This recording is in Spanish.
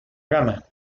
gama